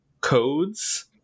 codes